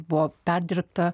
buvo perdirbta